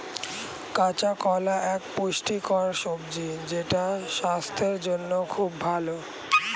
কাঁচা কলা এক পুষ্টিকর সবজি যেটা স্বাস্থ্যের জন্যে খুব ভালো